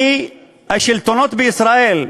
כי השלטונות בישראל,